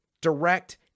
direct